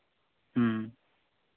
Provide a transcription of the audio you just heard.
ᱦᱮᱸ